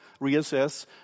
reassess